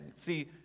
See